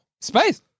space